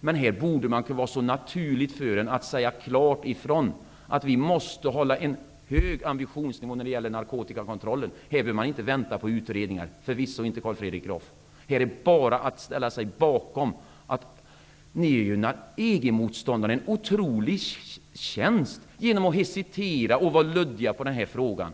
men här borde det vara naturligt för en att säga klart ifrån att vi måste hålla en hög ambitionsnivå när det gäller narkotikakontrollen. Här behöver man inte vänta på utredningar, förvisso inte, Carl Fredrik Graf. Det är bara att ställa sig bakom förslaget. Ni gör EG-motståndaren en otrolig tjänst genom att hesitera och vara luddiga i den här frågan.